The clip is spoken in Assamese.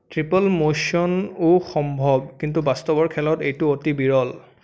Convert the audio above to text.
ত্ৰিপল মোশ্যন ও সম্ভৱ কিন্তু বাস্তৱৰ খেলত এইটো অতি বিৰল